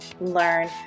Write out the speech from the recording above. Learn